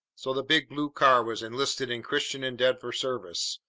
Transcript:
so the big blue car was enlisted in christian endeavor service,